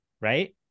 right